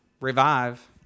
revive